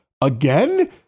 again